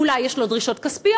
אולי יש לו דרישות כספיות,